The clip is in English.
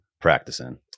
practicing